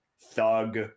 thug